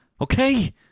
Okay